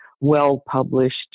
well-published